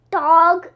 dog